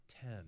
Ten